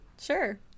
Sure